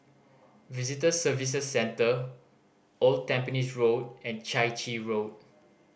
Visitor Services Centre Old Tampines Road and Chai Chee Road